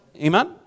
Amen